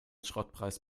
schrottpreis